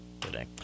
today